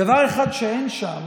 דבר אחד שאין שם